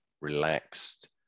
relaxed